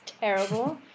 terrible